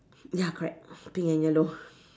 ya correct pink and yellow